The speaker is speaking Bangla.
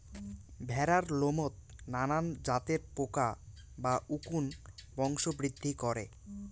ভ্যাড়ার লোমত নানান জাতের পোকা বা উকুন বংশবৃদ্ধি করে